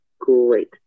great